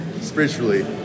spiritually